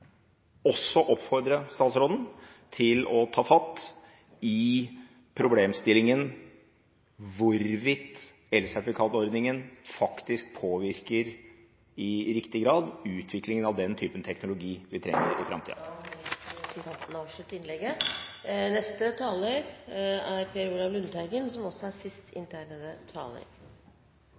også oppfordre statsråden til å ta fatt i problemstillingen hvorvidt elsertifikatordningen faktisk påvirker i riktig grad utviklingen av den typen teknologi vi trenger i framtida. Da må nok representanten avslutte innlegget.